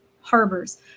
harbors